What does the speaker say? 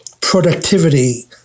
productivity